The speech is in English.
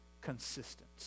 consistent